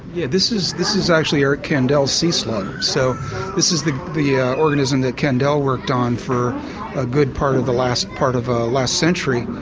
yeah this is this is actually eric kandel's sea slug, so this is the the yeah organism that kandel worked on for a good part of the last part of the ah last century.